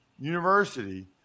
university